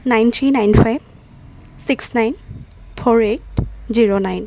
nine three nine five six nine four eight zero nine